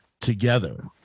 together